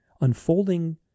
unfolding